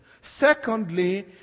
Secondly